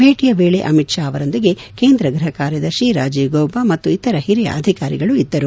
ಭೇಟಿಯ ವೇಳೆ ಅಮಿತ್ ಶಾ ಅವರೊಂದಿಗೆ ಕೇಂದ್ರ ಗೃಹ ಕಾರ್ಯದರ್ಶಿ ರಾಜೀವ್ ಗೌಬಾ ಮ್ತು ಇತರ ಓರಿಯ ಅಧಿಕಾರಿಗಳು ಇದ್ದರು